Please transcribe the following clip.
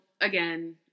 again